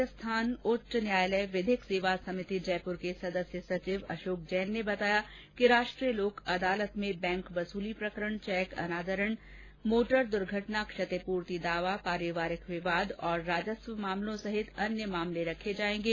राजस्थान उच्च न्यायालय विधिक सेवा समिति जयपुर के सदस्य सचिव अशोक जैन ने बताया कि राष्ट्रीय लोक अदालत में बैंक वसूली प्रकरण चैक अनादरण मोटर द्र्घटना क्षतिपूर्ति दावा पारिवारिक विवाद तथा राजस्व प्रकरणों सहित अन्य सामान्य प्रकरण रखे जाएंगे